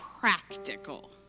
practical